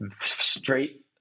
straight